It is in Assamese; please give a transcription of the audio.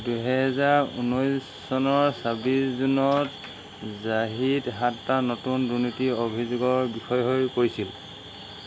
দুহেজাৰ ঊনৈছ চনৰ চাব্বিশ জুনত জাহিদ সাতটা নতুন দুৰ্নীতিৰ অভিযোগৰ বিষয় হৈ পৰিছিল